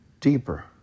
deeper